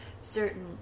certain